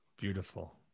Beautiful